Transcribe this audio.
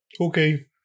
Okay